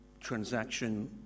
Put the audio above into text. transaction